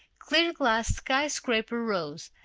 clear-glass skyscraper rose,